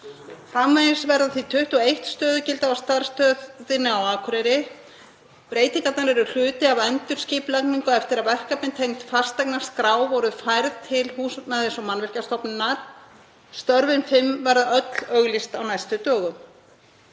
Framvegis verður því 21 stöðugildi á starfsstöðinni á Akureyri. Breytingarnar eru hluti af endurskipulagningu eftir að verkefni tengd fasteignaskrá voru færð til Húsnæðis- og mannvirkjastofnunar. Störfin fimm verða öll auglýst á næstu dögum.